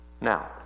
Now